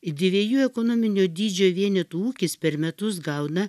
dviejų ekonominio dydžio vienetų ūkis per metus gauna